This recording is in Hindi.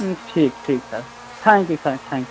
ठीक ठीक sir thank you thank you